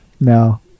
no